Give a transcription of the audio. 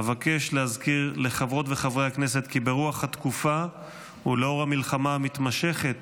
אבקש להזכיר לחברות וחברי הכנסת כי ברוח התקופה ולאור המלחמה המתמשכת